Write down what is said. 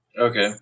Okay